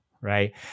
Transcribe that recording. right